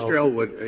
elwood,